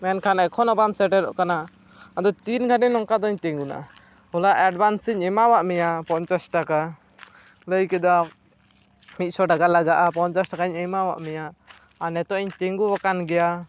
ᱢᱮᱱᱠᱷᱟᱱ ᱮᱠᱷᱚᱱᱳ ᱵᱟᱢ ᱥᱮᱴᱮᱨᱚᱜ ᱠᱟᱱᱟ ᱟᱫᱚ ᱛᱤᱱ ᱜᱷᱟᱹᱲᱤᱡ ᱱᱚᱝᱠᱟ ᱫᱚᱧ ᱛᱤᱸᱜᱩᱱᱟ ᱦᱚᱞᱟ ᱮᱰᱵᱷᱟᱱᱥᱤᱧ ᱮᱢᱟᱣᱟᱫ ᱢᱮᱭᱟ ᱯᱚᱧᱪᱟᱥ ᱴᱟᱠᱟ ᱞᱟᱹᱭ ᱠᱮᱫᱟᱢ ᱢᱤᱫᱥᱚ ᱴᱟᱠᱟ ᱞᱟᱜᱟᱜᱼᱟ ᱯᱚᱧᱪᱟᱥ ᱴᱟᱠᱟᱧ ᱮᱢᱟᱣᱟᱫ ᱢᱮᱭᱟ ᱟᱨ ᱱᱤᱛᱚᱜ ᱤᱧ ᱛᱤᱸᱜᱩᱣᱟᱠᱟᱱ ᱜᱮᱭᱟ